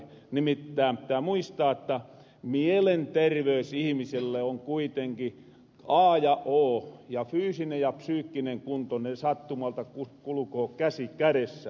nimittään pitää muistaa jotta mielenterveys ihmiselle on kuitenkin a ja o ja fyysinen ja psyykkinen kunto ne sattumalta kulkoo käsi kädessä